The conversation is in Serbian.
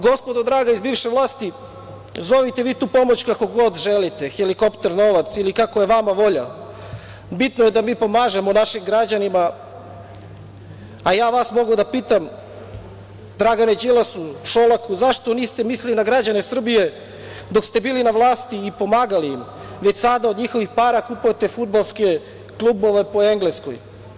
Gospodo draga iz bivše vlati, zovite vi tu pomoć kako god želite, "helikopter novac" ili kako je vama volja, bitno je da mi pomažemo našim građanima, a ja vas mogu da pitam Dragane Đilasu, Šolaku, zašto niste mislili na građane Srbije dok ste bili na vlasti i pomagali im, već sada od njihovih para kupujete fudbalske klubove po Engleskoj?